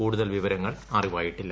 കൂടുതൽ വിവരങ്ങൾ അറിവായിട്ടില്ല